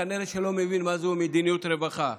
כנראה שלא מבין מה זו מדיניות רווחה.